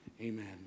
Amen